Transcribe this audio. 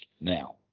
now